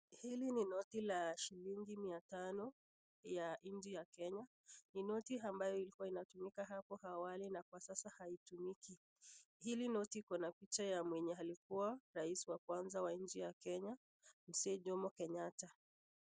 Hili ni noti la shillingi mia tano ya nchi ya Kenya. Ni noti ambayo ilikua inatumika hapo awali na kwasasa haitumiki. Hili noti liko na picha ya mwenye alikua rais wakwanza wa nchi ya Kenya Mzee Jomo Kenyatta.